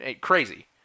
crazy